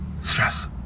stress